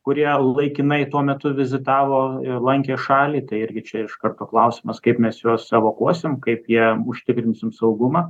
kurie laikinai tuo metu vizitavo ir lankė šalį tai irgi čia iš karto klausimas kaip mes juos evakuosim kaip jie užtikrinsim saugumą